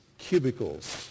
cubicles